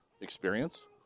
Experience